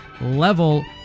level